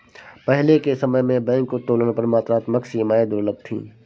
पहले के समय में बैंक उत्तोलन पर मात्रात्मक सीमाएं दुर्लभ थीं